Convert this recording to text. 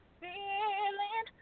feeling